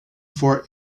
for